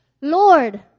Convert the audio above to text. Lord